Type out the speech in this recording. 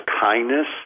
kindness